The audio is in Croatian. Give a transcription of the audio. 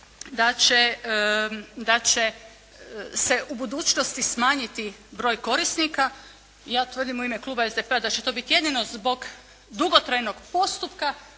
da će se u budućnosti smanjiti broj korisnika. Ja tvrdim u ime kluba SDP-a da će to biti jedino zbog dugotrajnog postupka